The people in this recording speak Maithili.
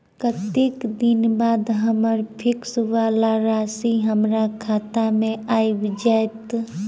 कत्तेक दिनक बाद हम्मर फिक्स वला राशि हमरा खाता मे आबि जैत?